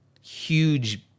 huge